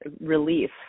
relief